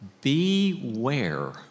beware